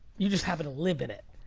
you just happen to live in it.